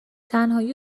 تنهایی